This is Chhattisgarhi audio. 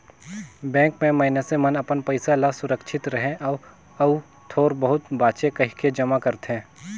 बेंक में मइनसे मन अपन पइसा ल सुरक्छित रहें अउ अउ थोर बहुत बांचे कहिके जमा करथे